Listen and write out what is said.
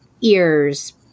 ears